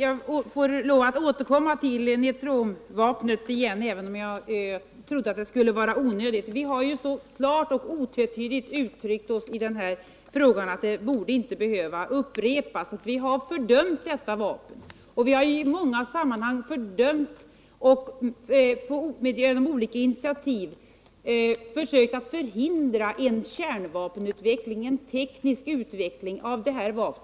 Jag får lov att återkomma till neutronvapnen, fast jag trodde det skulle vara onödigt. Vi har ju uttryckt oss så klart och otvetydigt i den här frågan att det inte borde behöva upprepas att vi har fördömt detta vapen. Vi har i många sammanhang fördömt och genom olika initiativ försökt förhindra en teknisk utveckling av det här vapnet.